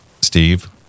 Steve